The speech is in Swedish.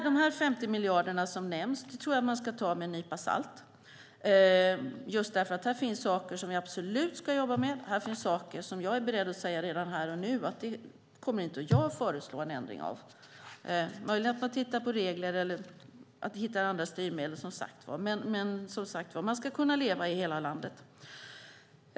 De 50 miljarder som nämns tror jag att man ska ta med en nypa salt. Här finns saker som vi absolut ska jobba med. Men det finns också saker som jag redan här och nu är beredd att säga att jag inte kommer att föreslå en ändring av. Möjligen kan man som sagt titta på regler eller hitta andra styrmedel, men man ska kunna leva i hela landet.